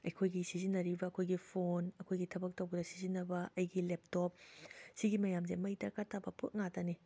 ꯑꯩꯈꯣꯏꯒꯤ ꯁꯤꯖꯤꯟꯅꯔꯤꯕ ꯑꯩꯈꯣꯏꯒꯤ ꯐꯣꯟ ꯑꯩꯈꯣꯏꯒꯤ ꯊꯕꯛ ꯇꯧꯕꯗ ꯁꯤꯖꯤꯟꯅꯕ ꯑꯩꯒꯤ ꯂꯦꯞꯇꯣꯞ ꯁꯤꯒꯤ ꯃꯌꯥꯝꯖꯦ ꯃꯩ ꯗꯔꯀꯥꯔ ꯇꯥꯕ ꯄꯣꯠ ꯉꯥꯛꯇꯅꯤ